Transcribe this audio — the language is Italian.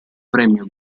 premio